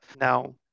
now